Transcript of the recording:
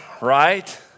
Right